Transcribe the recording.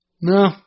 no